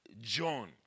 John